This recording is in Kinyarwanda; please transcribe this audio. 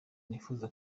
nifuza